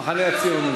המחנה הציוני.